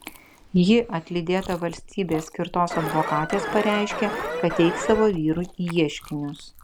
ji atlydėta valstybės skirtos advokatės pareiškė kad teiks savo vyrui ieškinius